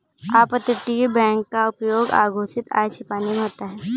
अपतटीय बैंक का उपयोग अघोषित आय छिपाने में होता है